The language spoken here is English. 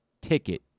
ticket